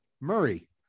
Murray